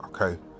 Okay